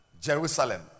Jerusalem